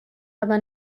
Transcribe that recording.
aber